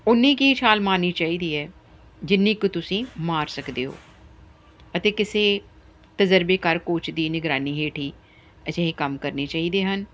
ਉਨੀ ਕੀ ਛਾਲ ਮਾਰੀ ਚਾਹੀਦੀ ਹੈ ਜਿੰਨੀ ਕੁ ਤੁਸੀਂ ਮਾਰ ਸਕਦੇ ਹੋ ਅਤੇ ਕਿਸੇ ਤਜ਼ਰਬੇਕਾਰ ਕੋਚ ਦੀ ਨਿਗਰਾਨੀ ਹੇਠ ਹੀ ਅਜਿਹੇ ਕੰਮ ਕਰਨੇ ਚਾਹੀਦੇ ਹਨ